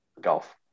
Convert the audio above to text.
golf